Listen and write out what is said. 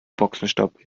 boxenstopp